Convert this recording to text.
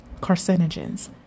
Carcinogens